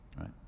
right